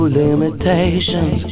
limitations